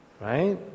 right